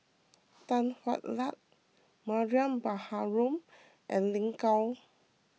Tan Hwa Luck Mariam Baharom and Lin Gao